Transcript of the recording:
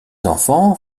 enfants